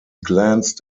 glanced